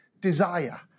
desire